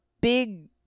big